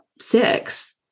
six